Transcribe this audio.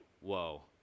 whoa